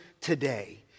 today